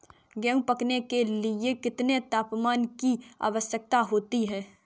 गेहूँ पकने के लिए कितने तापमान की आवश्यकता होती है?